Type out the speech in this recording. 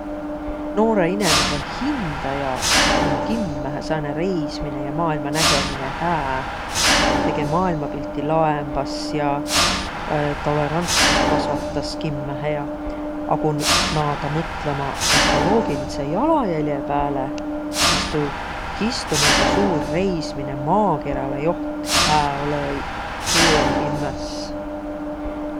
Noorõ inemise hindä jaos om kimmähe sääne reismine ja maailma nägemine hääTege maailmapilti laembas ja tolerantsust kasvatas kimmähe ja. A ku n- naadaq mõtlõma ökoloogilidsõ jalajäle pääle, sis tuu kistumaldaq suur reismine maakeräle joht hää olõ-õiq. Tuu om kimmäs.